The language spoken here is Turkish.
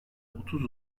otuz